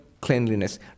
cleanliness